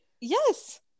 Yes